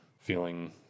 feeling